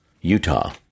Utah